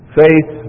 faith